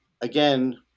again